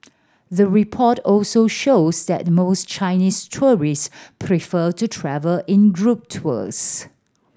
the report also shows that most Chinese tourists prefer to travel in group tours